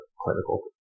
clinical